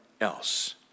else